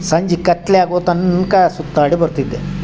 ಸಂಜೆ ಕತ್ತಲೆ ಆಗೊ ತನಕ ಸುತ್ತಾಡಿ ಬರ್ತಿದ್ದೆ